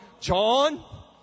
John